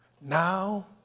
Now